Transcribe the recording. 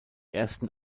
ersten